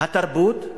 התרבות.